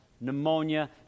pneumonia